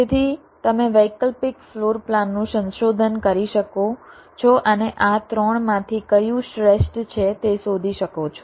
તેથી તમે વૈકલ્પિક ફ્લોર પ્લાનનું સંશોધન કરી શકો છો અને આ 3 માંથી કયું શ્રેષ્ઠ છે તે શોધી શકો છો